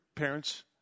Parents